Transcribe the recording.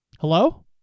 Hello